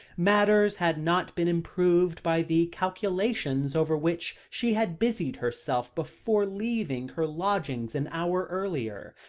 matters had not been improved by the calculations over which she had busied herself before leaving her lodgings an hour earlier.